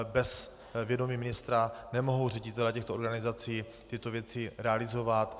Bez vědomí ministra nemohou ředitelé organizací tyto věci realizovat.